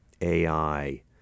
AI